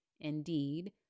Indeed